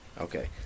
Okay